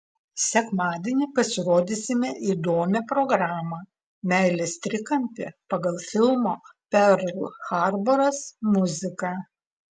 sekmadienį pasirodysime įdomią programą meilės trikampį pagal filmo perl harboras muziką